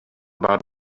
баар